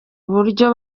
uburyo